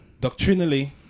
Doctrinally